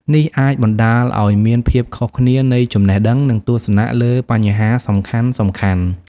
នេះអាចបណ្តាលឱ្យមានភាពខុសគ្នានៃចំណេះដឹង និងទស្សនៈលើបញ្ហាសំខាន់ៗ។